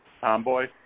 Tomboy